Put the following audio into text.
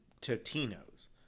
Totino's